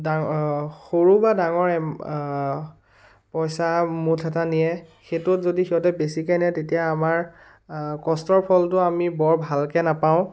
ডাঙ সৰু বা ডাঙৰ পইছা মুঠ এটা নিয়ে সেইটোত যদি সিহঁতে বেছিকৈ নিয়ে তেতিয়া আমাৰ কষ্টৰ ফলটো আমি বৰ ভালকৈ নাপাওঁ